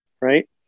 right